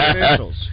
officials